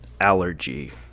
allergy